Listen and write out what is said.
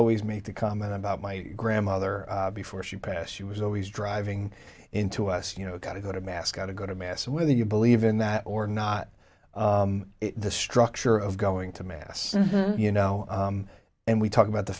always make a comment about my grandmother before she passed she was always driving into us you know got to go to mass got to go to mass whether you believe in that or not the structure of going to mass you know and we talk about the